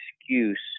excuse